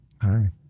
Hi